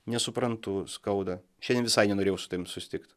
nesuprantu skauda šiandien visai nenorėjau su tavim susitikt